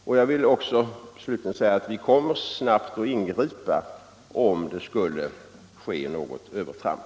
Slutligen vill jag också säga att vi snabbt kommer att ingripa om det skulle ske något övertramp.